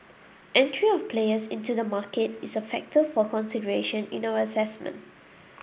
entry of players into the market is a factor for consideration in our assessment